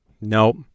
nope